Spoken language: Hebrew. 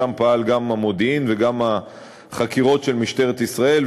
שם פעלו גם המודיעין וגם החקירות של משטרת ישראל,